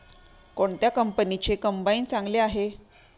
कोणत्या कंपनीचे कंबाईन चांगले आहे?